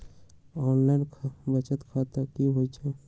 Online बचत खाता की होई छई?